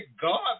God